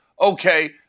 okay